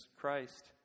Christ